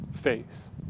face